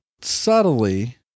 subtly